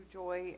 joy